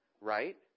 Right